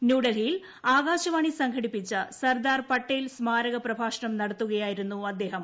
ന്യൂഡൽഹിയിൽ ആകാശവാണി സംഘടിപ്പിച്ച സർദാർ പട്ടേൽ സ്മാരക പ്രഭാഷണം നടത്തുകയായിരുന്നു അദ്ദേഹം